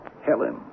Helen